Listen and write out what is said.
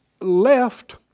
left